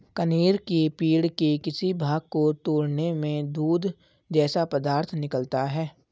कनेर के पेड़ के किसी भाग को तोड़ने में दूध जैसा पदार्थ निकलता है